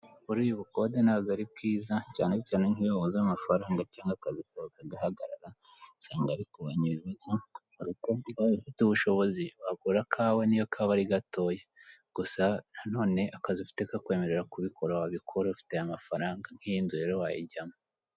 Buriya ubukode ntabwo ari bwiza cyane cyane nk'iyo wabuze amafaranga cyangwa akazi kagahagarara usanga bikubanya ibibazo. Ariko ubaye ufite ubushobozi wagura akawa niyo kaba ari gatoya, gusa nanone akazi ufite kakwemerera kubikora wabikora ubifitiye amafaranga nk'iyinzu rero wayijyamo.